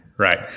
Right